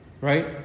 right